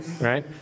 right